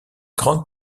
grande